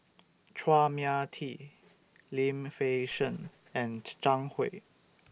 Chua Mia Tee Lim Fei Shen and Zhang Hui